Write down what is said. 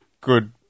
good